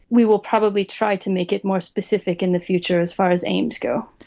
we will probably try to make it more specific in the future as far as aims go.